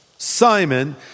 Simon